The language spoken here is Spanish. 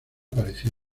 apareció